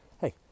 Hey